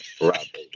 Right